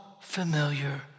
familiar